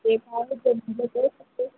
तेव त कर शकते